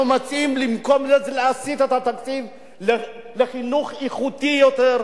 אנחנו מציעים במקום זה להסיט את התקציב לחינוך איכותי יותר.